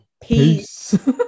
peace